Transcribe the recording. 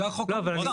זה החוק המוצע.